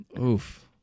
Oof